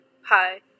hi